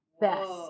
best